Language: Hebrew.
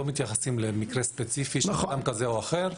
לא התייחסנו למקרה ספציפי כזה או אחר.